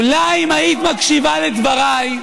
אולי אם היית מקשיבה לדבריי,